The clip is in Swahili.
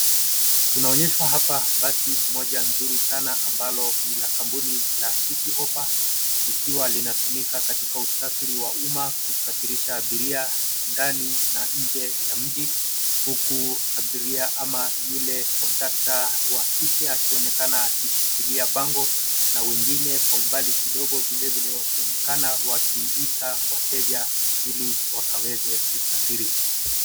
Tunaonyeshwa hapa basi moja nzuri sana ambalo ni la kampuni la City Hoppa likiwa linatumika katika usafiri wa umma, kusafirisha abiria ndani na nje ya mji, huku abiria ama yule conductor wa kike akionekana akishikilia bango na wengine kwa umbali kidogo vilevile wakionekana wakiita wateja ili wakaweze kusafiri.